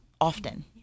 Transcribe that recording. often